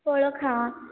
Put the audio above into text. फळं खा